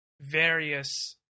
various